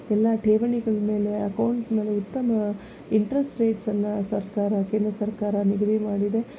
ಎಲ್ಲ ಠೇವಣಿಗಳ ಮೇಲೆ ಅಕೌಂಟ್ಸ್ ಮೇಲೆ ಉತ್ತಮ ಇಂಟ್ರೆಸ್ಟ್ ರೇಟ್ಸನ್ನು ಸರ್ಕಾರ ಕೇಂದ್ರ ಸರ್ಕಾರ ನಿಗದಿ ಮಾಡಿದೆ